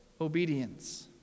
obedience